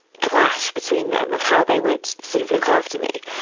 clash between them of how they would sort of look after me.